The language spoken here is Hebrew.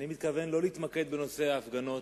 אני מתכוון לא להתמקד בנושא ההפגנות,